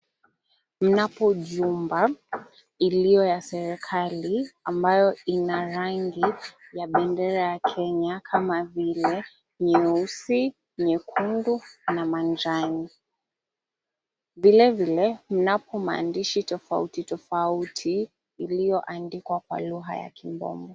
Mnapo jumba iliyo ya serikali ambayo ina rangi ya bendera ya Kenya kama vile nyeusi, nyekundu na manjano. Vilevile mnapo maandishi tofauti tofauti iliyoandikwa kwa lugha ya kimombo.